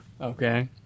Okay